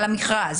על המכרז.